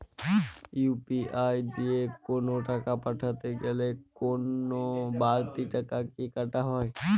UPI দিয়ে কোন টাকা পাঠাতে গেলে কোন বারতি টাকা কি কাটা হয়?